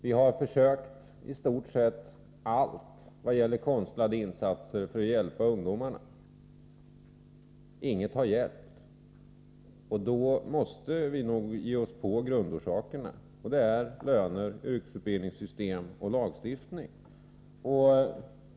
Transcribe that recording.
Vi har försökt i stort sett allt vad gäller konstlade insatser för att hjälpa ungdomarna. Inget har hjälpt. Då måste vi nog ge oss på grundorsakerna, och det är löner, yrkesutbildningssystem och lagstiftning.